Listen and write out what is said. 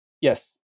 Yes